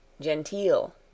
GENTEEL